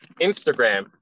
Instagram